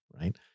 right